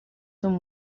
son